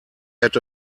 had